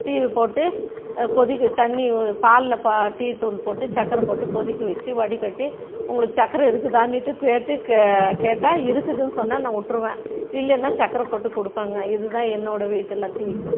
tea போட்டு கொதிக்க தண்ணி பாலில் டீத்தூள் போட்டு சர்க்கரை போட்டு கொதிக்க வைச்சு வடிகட்டி உங்களுக்கு சர்க்கரை இருக்குதான்னுட்டு கேட்டு கேட்டால் இருக்குதுன்னு சொன்னால் நான் விட்ருவேன் இல்லைனா சர்க்கரை போட்டு கொடுப்பேங்க இது தான் என்னோடய வீட்டில் டீ